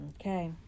Okay